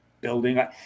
building